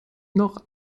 noch